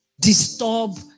disturb